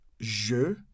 Je